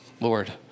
Lord